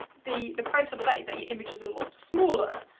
the the pro side of that is that your image is a lot smaller.